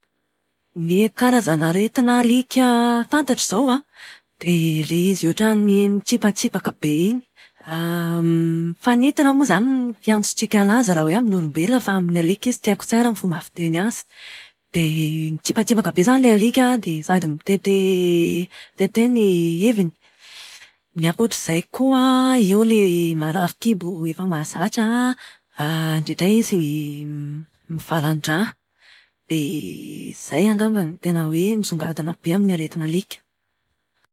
Ny karazana aretin'alika fantatro izao an, dia ilay izy ohatran'ny mitsipatsipaka be iny. Mifanintona moa izany no filaza azy raha amintsika olombelona fa amin'ny alika izy tsy haiko tsara ny fomba fiteny azy. Dia mitsipatsipaka be izany ilay alika an, dia sady mitete ny iviny. Ny ankoatr'izay koa an, eo ilay marary kibo efa mahazatra an, indraindray izy mivalan-drà. Dia izay angamba no tena misongadina be amin'ny aretin'alika.